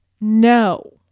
No